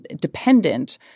dependent